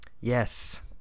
Yes